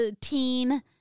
teen